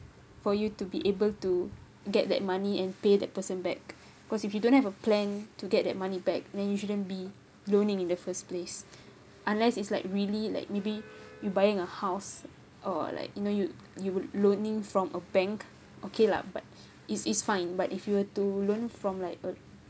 for you to be able to get that money and pay that person back cause if you don't have a plan to get that money back then you shouldn't be loaning in the first place unless it's like really like maybe you buying a house or like you know you you would loaning from a bank okay lah but is is fine but if you were to loan from like a